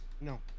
No